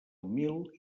humil